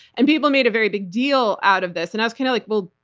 and people made a very big deal out of this and i was kind of like, well,